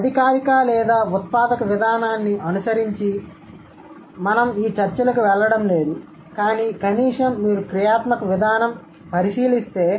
కాబట్టి అధికారిక లేదా ఉత్పాదక విధానాన్ని అనుసరించి మేము ఈ చర్చకు వెళ్లడం లేదు కానీ కనీసం మీరు క్రియాత్మక విధానం పరిశీలిస్తే